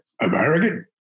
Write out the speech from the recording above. American